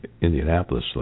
Indianapolis